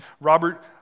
Robert